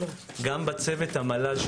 גם בצוות המל"ל,